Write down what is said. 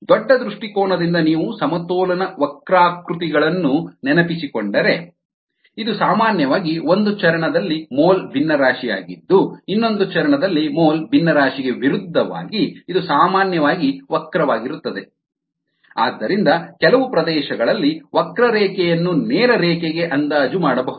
ದೊಡ್ಡ ದೃಷ್ಟಿಕೋನದಿಂದ ನೀವು ಸಮತೋಲನ ವಕ್ರಾಕೃತಿಗಳನ್ನು ನೆನಪಿಸಿಕೊಂಡರೆ ಇದು ಸಾಮಾನ್ಯವಾಗಿ ಒಂದು ಚರಣ ದಲ್ಲಿ ಮೋಲ್ ಭಿನ್ನರಾಶಿಯಾಗಿದ್ದು ಇನ್ನೊಂದು ಚರಣ ದಲ್ಲಿ ಮೋಲ್ ಭಿನ್ನರಾಶಿಗೆ ವಿರುದ್ಧವಾಗಿ ಇದು ಸಾಮಾನ್ಯವಾಗಿ ವಕ್ರವಾಗಿರುತ್ತದೆ ಆದ್ದರಿಂದ ಕೆಲವು ಪ್ರದೇಶಗಳಲ್ಲಿ ವಕ್ರರೇಖೆಯನ್ನು ನೇರ ರೇಖೆಗೆ ಅಂದಾಜು ಮಾಡಬಹುದು